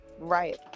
Right